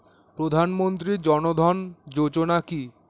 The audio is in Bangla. প্রধানমন্ত্রী জনধন যোজনা কি?